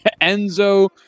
Enzo